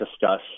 discuss